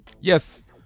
Yes